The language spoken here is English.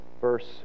verse